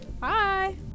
Bye